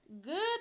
good